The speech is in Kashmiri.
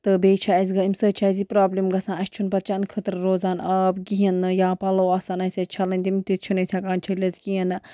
تہٕ بیٚیہِ چھِ اَسہِ اَمہِ سۭتۍ چھِ اَسہِ یہِ پرٛابلِم گژھان اَسہِ چھُنہٕ پَتہٕ چَنہٕ خٲطرٕ روزان آب کِہیٖنۍ نہٕ یا پَلو آسان اَسہِ ٲسۍ چھَلٕنۍ تِم تہِ چھِنہٕ أسۍ ہیٚکان چھٔلِتھ کِہیٖنۍ نہٕ